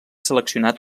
seleccionat